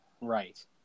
Right